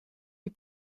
die